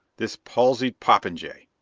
this palsied popinjay!